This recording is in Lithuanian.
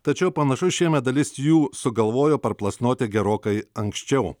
tačiau panašu šiemet dalis jų sugalvojo parplasnoti gerokai anksčiau